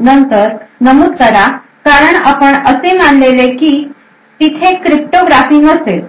तर नमूद करा कारण आपण असे मानलेले की तिथे क्रिप्टोग्राफी नसेल